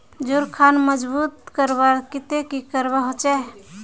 जोड़ खान मजबूत करवार केते की करवा होचए?